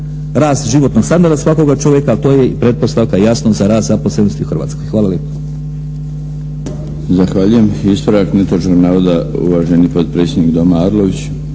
rast životnog standarda svakoga čovjeka, a to je i pretpostavka jasno za rast zaposlenosti u Hrvatskoj. Hvala lijepo.